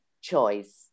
choice